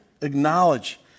acknowledge